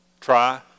try